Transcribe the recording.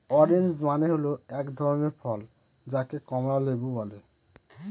orange মানে হল এক ধরনের ফল যাকে কমলা লেবু বলে